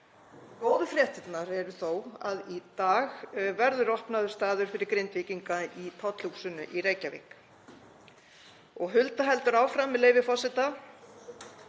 Góðu fréttirnar eru þó að í dag verður opnaður staður fyrir Grindvíkinga í Tollhúsinu í Reykjavík. Hulda heldur áfram, með leyfi forseta: